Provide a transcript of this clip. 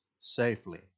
safely